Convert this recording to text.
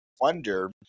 wonder